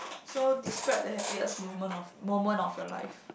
so describe the happiest movement of moment of your life